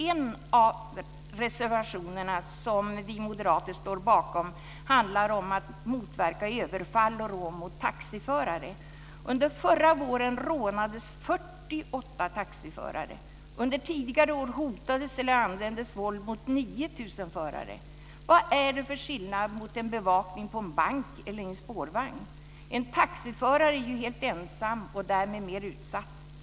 En av reservationerna som vi moderater står bakom handlar om att motverka överfall av och rån mot taxiförare. Under förra våren rånades 48 taxiförare. Under tidigare år hotades eller användes våld mot 9 000 förare. Vad är skillnaden mellan bevakning här och bevakning på en bank eller i en spårvagn? En taxiförare är ju helt ensam och därmed mer utsatt.